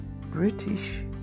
British